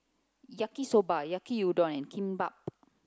Yaki Soba Yaki Uon and Kimbap